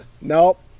Nope